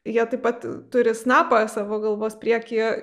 jie taip pat turi snapą savo galvos priekyje